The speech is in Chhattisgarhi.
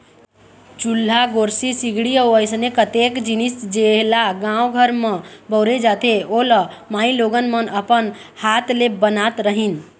चूल्हा, गोरसी, सिगड़ी अउ अइसने कतेक जिनिस जेला गाँव घर म बउरे जाथे ओ ल माईलोगन मन अपन हात ले बनात रहिन